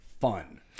fun